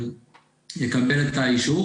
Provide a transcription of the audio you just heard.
ארנה זה על שם סבתא שלי שהרגו אותה בפוגרום בוקרשט.